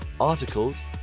articles